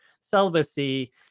celibacy